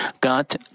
God